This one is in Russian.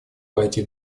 пройти